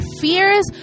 fears